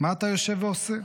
מה אתה יושב ועושה?